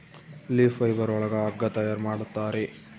leaf fibre ಒಳಗ ಹಗ್ಗ ತಯಾರ್ ಮಾಡುತ್ತಾರೆ